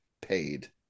paid